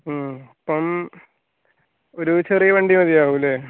മ്മ് അപ്പം ഒരു ചെറിയ വണ്ടി മതിയാകും അല്ലേ